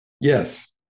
Yes